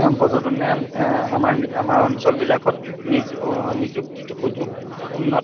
পৰ্যটনে আমাৰ আমাৰ অঞ্চলবিলাকত নিজ নিযুক্তিত সুযোগ উন্নত